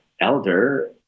elder